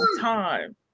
time